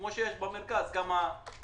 כפי שיש במרכז הארץ כמה מרכזים.